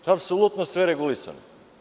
Tu je apsolutno sve regulisano.